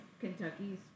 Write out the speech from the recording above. Kentucky's